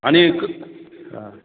आणिक आं